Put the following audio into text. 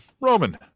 Roman